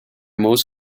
most